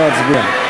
נא להצביע.